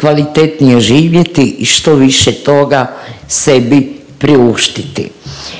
kvalitetnije živjeti i što više toga sebi priuštiti.